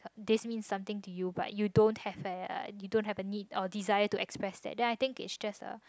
this means something to you but you don't have a uh you don't have a need or desire to express that then I think is just a